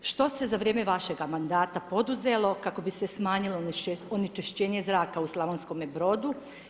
Što se za vrijeme vašega mandata poduzelo kako bi se smanjilo onečišćenje zraka u Slavonskome Brodu?